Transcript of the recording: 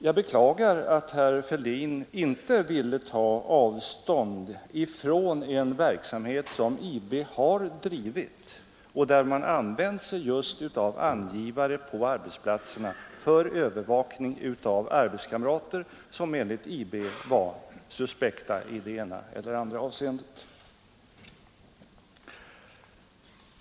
Jag beklagar att herr Fälldin inte ville ta avstånd från en verksamhet av det slag som IB har bedrivit och där man använt sig just av angivare på arbetsplatserna för övervakning av arbetskamrater, som enligt IB var suspekta i det ena eller andra avseendet.